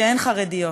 שהן חרדיות.